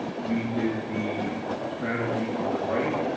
we did the strategy on the right,